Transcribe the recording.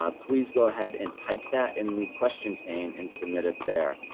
um please go ahead and type that in the question pane and submit it there.